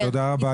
תודה רבה.